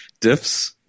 Diffs